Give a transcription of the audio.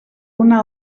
una